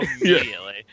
immediately